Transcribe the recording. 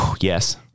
Yes